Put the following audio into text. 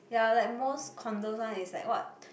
ya like most condos one is like what